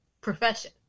profession